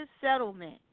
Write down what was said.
settlement